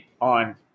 on